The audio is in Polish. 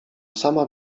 sama